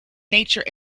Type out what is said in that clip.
nature